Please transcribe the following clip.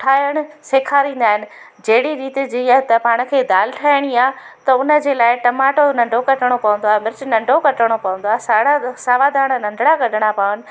ठाहिण सेखारींदा आहिनि जहिड़ी रीति जी आहे त पाण खे दाल ठाहिणी आहे त उन जे लाइ टमाटो नंढो कटिणो पवंदो आहे मिर्चु नंढो कटिणो पवंदो आहे साड़ा सावा धाणा नंढड़ा कटिणा पवनि